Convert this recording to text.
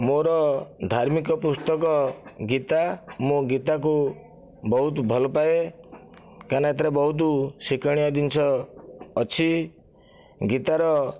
ମୋର ଧାର୍ମିକ ପୁସ୍ତକ ଗୀତା ମୁଁ ଗୀତାକୁ ବହୁତ ଭଲ ପାଏ କାହିଁନା ଏଥିରେ ବହୁତ ଶିକ୍ଷଣୀୟ ଜିନିଷ ଅଛି ଗୀତାର